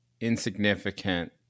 insignificant